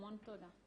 המון תודה.